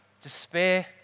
despair